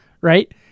right